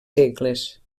segles